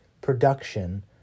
production